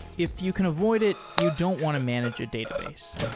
if you can avoid it, you don't want to manage a database,